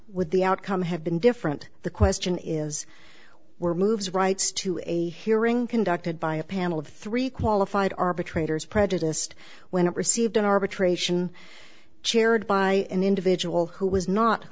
with the outcome have been different the question is were moves rights to a hearing conducted by a panel of three qualified arbitrators prejudiced when it received an arbitration chaired by an individual who was not